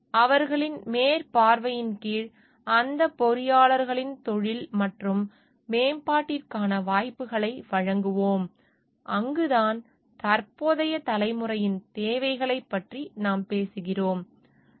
மற்றும் அவர்களின் மேற்பார்வையின் கீழ் அந்த பொறியாளர்களின் தொழில் மற்றும் மேம்பாட்டிற்கான வாய்ப்புகளை வழங்குவோம் அங்குதான் தற்போதைய தலைமுறையின் தேவைகளைப் பற்றி நாம் பேசுகிறோம்